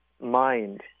mind